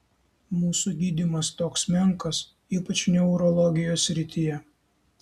mūsų gydymas toks menkas ypač neurologijos srityje